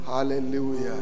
Hallelujah